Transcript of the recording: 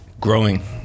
growing